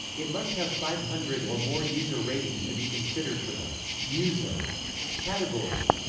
it must have five hundred or more user ratings to be considered for the user category.